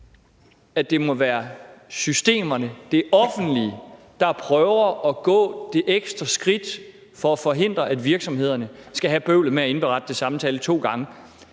det må være systemerne – det offentlige – der prøver at gå det ekstra skridt for at forhindre, at virksomhederne skal have bøvlet med at indberette det samme tal to gange.